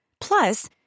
Plus